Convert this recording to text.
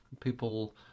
people